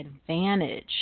advantage